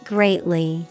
Greatly